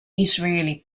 israeli